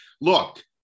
look